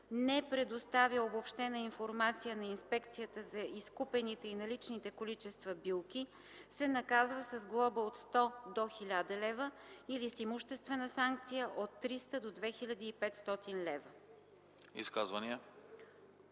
не предоставя обобщена информация на Инспекцията за изкупените и наличните количества билки, се наказва с глоба от 100 до 1000 лв. или с имуществена санкция от 300 до 2500 лв.”